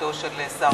בתקופתו של שר האוצר,